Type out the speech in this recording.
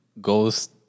goes